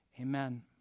amen